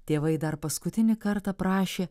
tėvai dar paskutinį kartą prašė